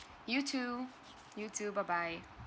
you too you too bye bye